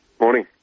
Morning